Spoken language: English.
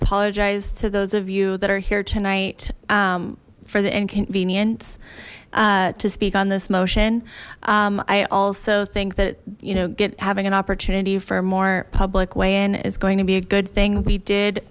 apologize to those of you that are here tonight for the inconvenience to speak on this motion i also think that you know get having an opportunity for a more public way in is going to be a good thing we did